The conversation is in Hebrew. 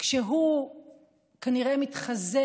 כשהוא כנראה מתחזה